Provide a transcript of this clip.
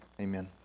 Amen